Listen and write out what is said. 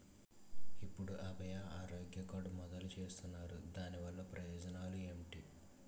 ఎప్పుడు అభయ ఆరోగ్య కార్డ్ మొదలు చేస్తున్నారు? దాని వల్ల ప్రయోజనాలు ఎంటి?